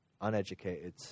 uneducated